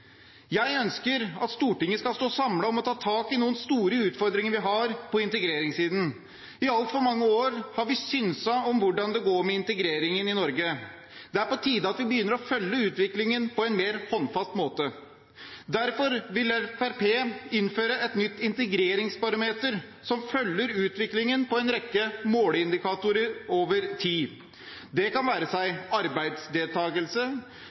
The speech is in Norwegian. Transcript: Jeg ønsker at Stortinget skal stå samlet om å ta tak i noen store utfordringer vi har på integreringssiden. I altfor mange år har vi synset om hvordan det går med integreringen i Norge. Det er på tide at vi begynner å følge utviklingen på en mer håndfast måte. Derfor vil Fremskrittspartiet innføre et integreringsbarometer som følger utviklingen på en rekke måleindikatorer over tid. Det kan være